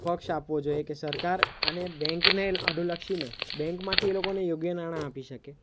પક્ષ આપવો જોઈએ કે સરકાર આને બેંકને અનુલક્ષીને બેંકમાંથી એ લોકોને યોગ્ય નાણાં આપી શકે